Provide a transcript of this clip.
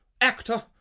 actor